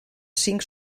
cinc